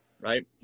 right